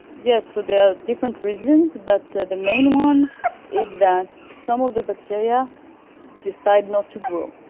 yes, so there are different reasons but the the main one is that some of the bacteria decided not to grow.